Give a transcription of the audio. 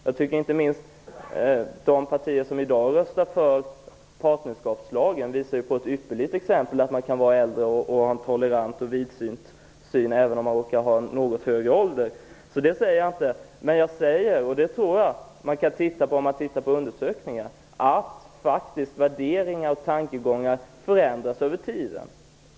Jag tycker att de partier som i dag röstar för partnerskapslagen utgör ett ypperligt exempel på att man kan vara äldre och vara tolerant och vidsynt. Värderingar och tankegångar förändras över tiden. Det tror jag man kan säga om man ser på undersökningar.